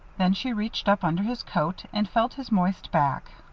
then she reached up under his coat and felt his moist back.